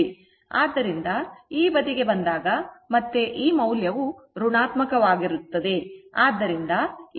ಆದ್ದರಿಂದ ಈ ಬದಿಗೆ ಬಂದಾಗ ಮತ್ತೆ ಈ ಮೌಲ್ಯವು ಋಣಾತ್ಮಕವಾಗುತ್ತದೆ